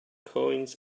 coins